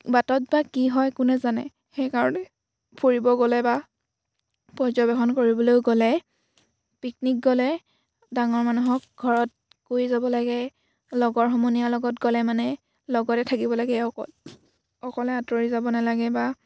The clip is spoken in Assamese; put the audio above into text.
বাটত বা কি হয় কোনে জানে সেইকাৰণে ফুৰিব গ'লে বা পৰ্যবেক্ষণ কৰিবলৈ গ'লে পিকনিক গ'লে ডাঙৰ মানুহক ঘৰত কৈ যাব লাগে লগৰ সমনীয়াৰ লগত গ'লে মানে লগতে থাকিব লাগে অকল অকলে আঁতৰি যাব নালাগে বা